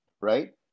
right